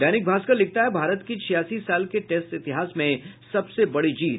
दैनिक भास्कर लिखता है भारत की छियासी साल के टेस्ट इतिहास में सबसे बड़ी जीत